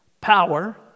power